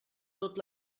tot